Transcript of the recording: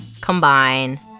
combine